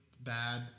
bad